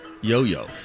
Yo-yo